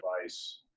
device